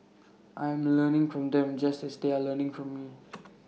I'm learning from them just as they are learning from you